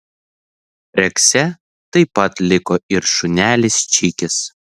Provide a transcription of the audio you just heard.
rekse taip pat liko ir šunelis čikis